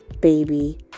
baby